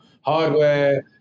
hardware